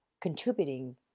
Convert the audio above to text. contributing